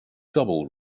double